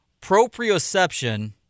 proprioception